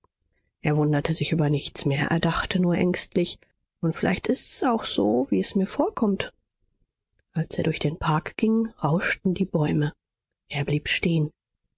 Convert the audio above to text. er wunderte sich über nichts mehr er dachte nur ängstlich und vielleicht ist's auch so wie es mir vorkommt als er durch den park ging rauschten die bäume er blieb stehen